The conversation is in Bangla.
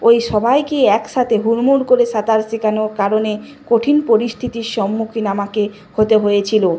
ওই সবাইকে একসাথে হুড়মুড় করে সাঁতার শেখানোর কারণে কঠিন পরিস্থিতির সম্মুখীন আমাকে হতে হয়েছিল